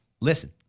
listen